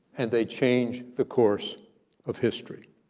and they change the course of history.